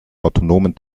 autonomen